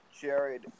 jared